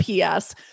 PS